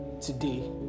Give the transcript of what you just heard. today